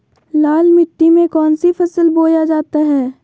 लाल मिट्टी में कौन सी फसल बोया जाता हैं?